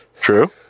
True